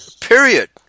period